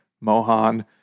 Mohan